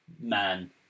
man